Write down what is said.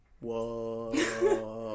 Whoa